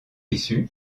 issue